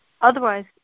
Otherwise